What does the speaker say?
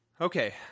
Okay